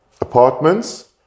apartments